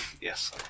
yes